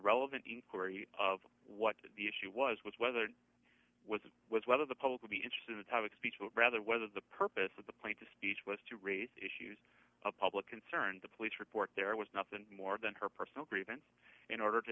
relevant inquiry of what the issue was was whether it was was whether the public would be interested in a topic speech but rather whether the purpose of the plane to speech was to raise issues of public concern the police report there was nothing more than her personal grievance in order to